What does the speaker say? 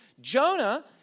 Jonah